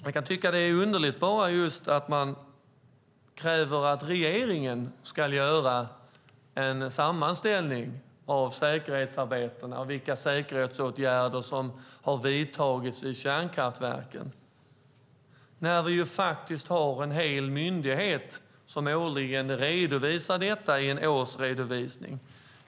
Jag tycker att det är underligt att man kräver att regeringen ska göra en sammanställning av säkerhetsarbetet och vilka säkerhetsåtgärder som har vidtagits vid kärnkraftverken när vi har en myndighet som årligen redovisar detta.